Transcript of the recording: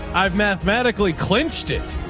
i've mathematically clinched it.